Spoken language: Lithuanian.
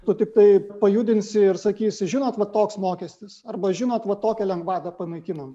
tu tiktai pajudinsi ir sakysi žinot va toks mokestis arba žinot va tokią lengvatą panaikino